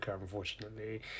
unfortunately